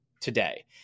today